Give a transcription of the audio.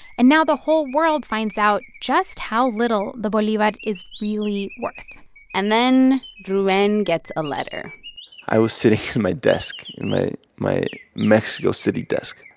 and now the whole world finds out just how little the bolivar is really worth and then ruben gets a letter i was sitting at my desk in my mexico city desk,